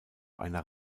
einer